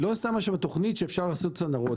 היא לא שמה שם תוכנית שאפשר לעשות צנרות,